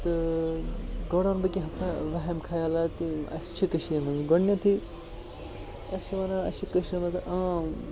تہٕ گۄڈٕ وَنہٕ بہٕ کینٛہہ سا وٮ۪ہَم خیالات یِم اَسہِ چھِ کٔشیٖرِ مںٛز گۄڈٕنیٚتھٕے أسۍ چھِ وَنان اَسہِ چھِ کٔشیٖرِ منٛزٕ عام